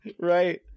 Right